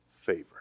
favor